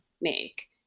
make